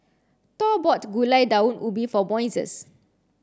Thor bought Gulai Daun Ubi for Moises